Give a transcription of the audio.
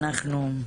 את רוצה לפרט?